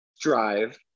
drive